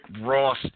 Ross